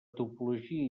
topologia